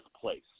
place